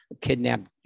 kidnapped